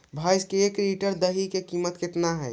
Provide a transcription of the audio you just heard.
भैंस के एक लीटर दही के कीमत का है?